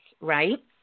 right